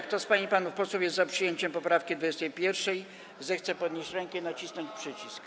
Kto z pań i panów posłów jest za przyjęciem poprawki 21., zechce podnieść rękę i nacisnąć przycisk.